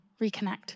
reconnect